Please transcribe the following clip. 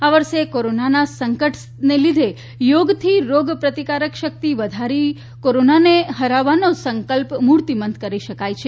આ વર્ષે કોરોનાના સંકટ સમયે યોગથી રોગ પ્રતિકારક શક્તિ વધારી કોરોનાને હરાવવાનો સંકલ્પ મૂર્તિમંત કરી શકાય છે